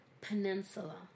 Peninsula